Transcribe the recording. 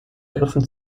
griffen